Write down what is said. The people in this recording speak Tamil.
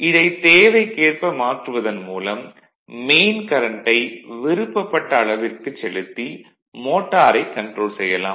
இதை தேவைக்கேற்ப மாற்றுவதன் மூலம் மெயின் கரண்ட்டை விருப்பப்பட்ட அளவிற்கு செலுத்தி மோட்டாரைக் கன்ட்ரோல் செய்யலாம்